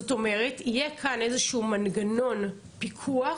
יהיה כאן איזה שהוא מנגנון פיקוח